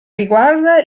riguarda